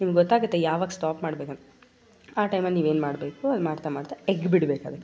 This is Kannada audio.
ನಿಮಗೊತ್ತಾಗುತ್ತೆ ಯಾವಾಗ ಸ್ಟಾಪ್ ಮಾಡ್ಬೇಕಂತ ಆ ಟೈಮಲ್ಲಿ ನೀವೇನು ಮಾಡಬೇಕು ಮಾಡ್ತಾ ಮಾಡ್ತಾ ಎಗ್ ಬಿಡಬೇಕು ಅದಕ್ಕೆ